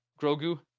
Grogu